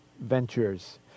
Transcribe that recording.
Ventures